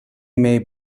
may